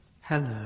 hello